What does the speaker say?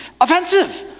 offensive